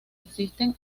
existen